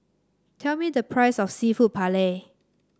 tell me the price of seafood Paella